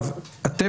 אתם,